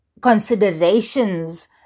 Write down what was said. considerations